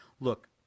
Look